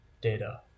data